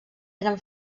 eren